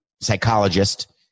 psychologist